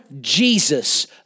Jesus